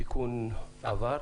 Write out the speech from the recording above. התיקון עבר,